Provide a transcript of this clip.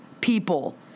people